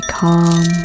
calm